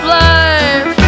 life